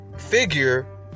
figure